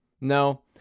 No